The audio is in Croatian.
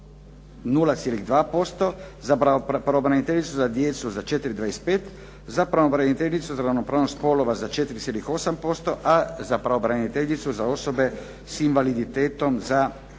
0,2%, za pravobraniteljicu za djecu za 4,25, za pravobraniteljicu za ravnopravnost spolova za 4,8%, a za pravobraniteljicu za osobe s invaliditetom za